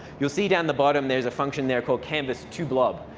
you'll see down the bottom, there's a function there called canvas toblob.